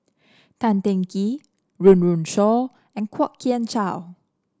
Tan Teng Kee Run Run Shaw and Kwok Kian Chow